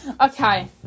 Okay